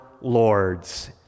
lords